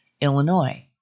Illinois